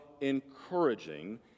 encouraging